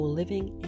living